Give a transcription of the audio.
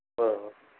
ஆ ஆ